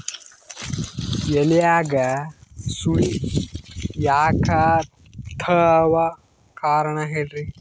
ಎಲ್ಯಾಗ ಸುಳಿ ಯಾಕಾತ್ತಾವ ಕಾರಣ ಹೇಳ್ರಿ?